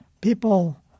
People